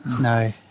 No